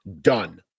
Done